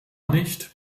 nicht